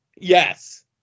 Yes